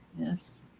yes